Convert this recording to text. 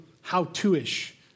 how-to-ish